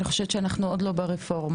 אני חושבת שאנחנו עוד לא ברפורמה.